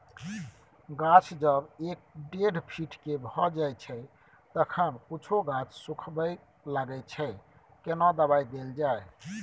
गाछ जब एक डेढ फीट के भ जायछै तखन कुछो गाछ सुखबय लागय छै केना दबाय देल जाय?